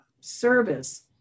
service